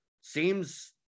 seems